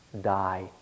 Die